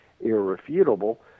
irrefutable